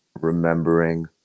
remembering